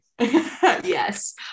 yes